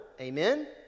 Amen